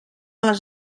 les